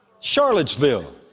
Charlottesville